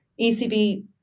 ECB